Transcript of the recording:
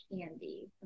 Candy